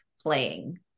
playing